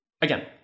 again